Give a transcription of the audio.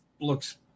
looks